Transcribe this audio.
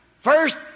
first